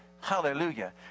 Hallelujah